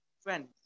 friends